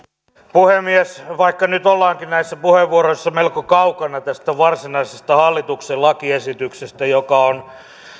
puhemies vaikka nyt ollaankin näissä puheenvuoroissa melko kaukana tästä varsinaisesta hallituksen lakiesityksestä joka on